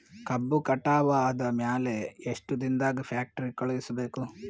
ಕಬ್ಬು ಕಟಾವ ಆದ ಮ್ಯಾಲೆ ಎಷ್ಟು ದಿನದಾಗ ಫ್ಯಾಕ್ಟರಿ ಕಳುಹಿಸಬೇಕು?